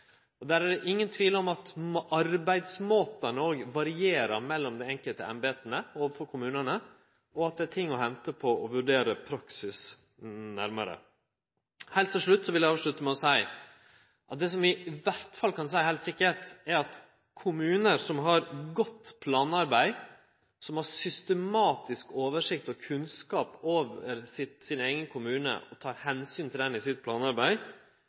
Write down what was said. er ingen tvil om at òg arbeidsmåten overfor kommunane varierer mellom dei enkelte embeta, og at det er ting å hente på å vurdere praksisen nærare. Heilt til slutt: Det som vi i alle fall kan seie heilt sikkert, er at når kommunar har godt planarbeid, systematisk oversikt over og kunnskap om sin eigen kommune og tek omsyn til det i sitt planarbeid,